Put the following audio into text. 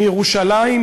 מירושלים,